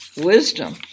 wisdom